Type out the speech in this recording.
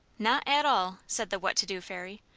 not at all! said the what to do fairy,